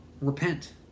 repent